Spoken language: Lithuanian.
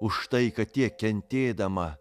už tai kad tiek kentėdama